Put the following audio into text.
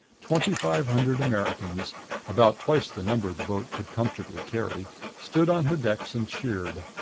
twenty-five hundred americans about twice the number the boat could comfortably carry stood on her decks and cheered.